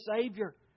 Savior